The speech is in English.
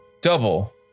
double